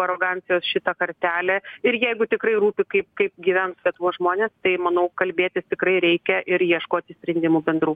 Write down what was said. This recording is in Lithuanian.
arogancijos šitą kartelę ir jeigu tikrai rūpi kaip kaip gyvens lietuvos žmones tai manau kalbėtis tikrai reikia ir ieškoti sprendimų bendrų